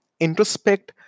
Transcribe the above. introspect